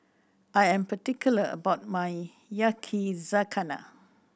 I am particular about my Yakizakana